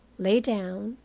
lay down,